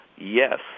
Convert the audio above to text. Yes